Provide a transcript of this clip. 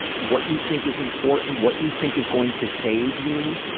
what you think is important, what you think is going to save you.